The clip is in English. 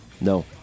no